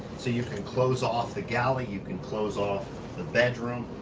so you can close off the galley, you can close off the bedroom,